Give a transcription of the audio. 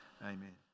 Amen